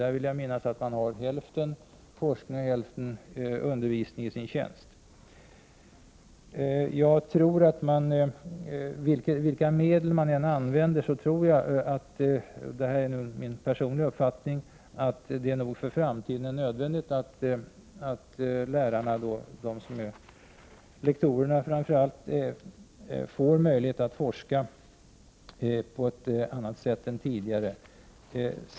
Jag vill dock minnas att tjänsterna där består till hälften av forskning och till hälften av undervisning. Vilka medel man än använder tror jag att det för framtiden är nödvändigt att lärarna, framför allt lektorerna, får möjlighet att forska på ett annat sätt än tidigare.